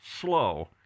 slow